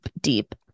deep